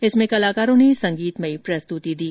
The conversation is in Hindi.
इसमें कलाकारों ने संगीतमयी प्रस्तुति दी